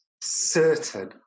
certain